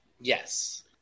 Yes